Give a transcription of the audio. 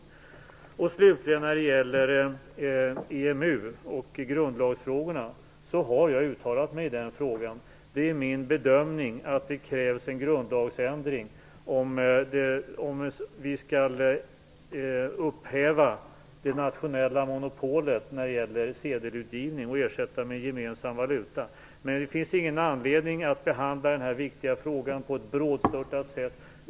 När det slutligen gäller EMU och grundlagen har jag uttalat mig i den frågan. Det är min bedömning att det krävs en grundlagsändring om vi skall upphäva det nationella monopolet när det gäller sedelutgivning och ersätta det med gemensam valuta. Det finns dock ingen anledning att behandla denna viktiga fråga på ett brådstörtat sätt.